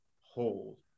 hold